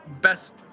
best